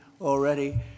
already